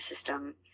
system